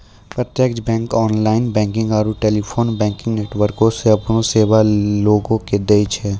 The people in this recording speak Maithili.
प्रत्यक्ष बैंक ऑनलाइन बैंकिंग आरू टेलीफोन बैंकिंग नेटवर्को से अपनो सेबा लोगो के दै छै